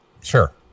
Sure